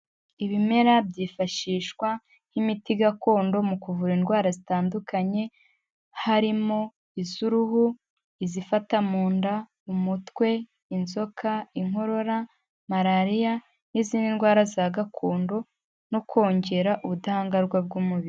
Ibimera byifashishwa nk'imiti gakondo mu kuvura indwara zitandukanye, harimo iz'uruhu, izifata mu nda, umutwe, inzoka, inkorora, malariya n'izindi ndwara za gakondo no kongera ubudahangarwa bw'umubiri.